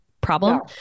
problem